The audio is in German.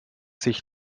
sich